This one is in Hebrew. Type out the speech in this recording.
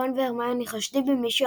רון והרמיוני חושדים במישהו,